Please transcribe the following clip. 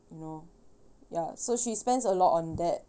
you know ya so she spends a lot on that